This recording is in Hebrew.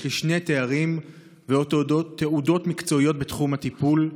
יש לי שני תארים ועוד תעודות מקצועיות בתחום הטיפול.